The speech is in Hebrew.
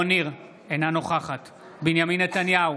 אינה נוכחת בנימין נתניהו,